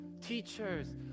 teachers